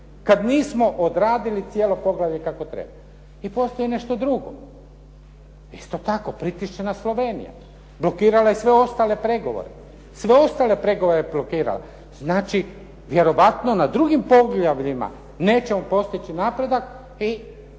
kad nismo odradili cijelo poglavlje kako treba. I postoji nešto drugo. Isto tako, pritišće nas Slovenija, blokirala je sve ostale pregovore. Sve ostale pregovore je blokirala. Znači, vjerojatno na drugim poglavljima nećemo postići napredak i